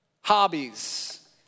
hobbies